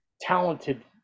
talented